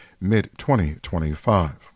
mid-2025